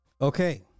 Okay